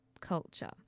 culture